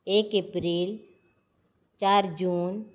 एक एप्रील चार जून